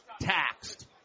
taxed